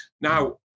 Now